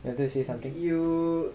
you wanted to say something